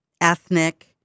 ethnic